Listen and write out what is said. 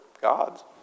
gods